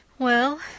Well